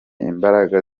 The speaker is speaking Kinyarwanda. imbaraga